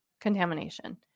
contamination